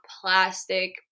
plastic